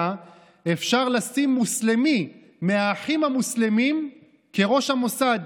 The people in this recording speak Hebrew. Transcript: אפשר לשים מוסלמי מהאחים המוסלמים כראש המוסד,